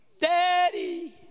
Daddy